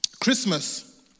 Christmas